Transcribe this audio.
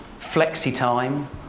flexi-time